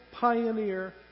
pioneer